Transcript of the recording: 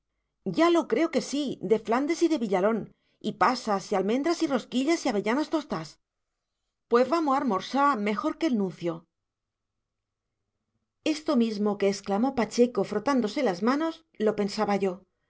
ya lo creo que sí de flandes y de villalón y pasas y almendras y rosquillas y avellanas tostás pues vamos a armorsá mejor que el nuncio esto mismo que exclamó pacheco frotándose las manos lo pensaba yo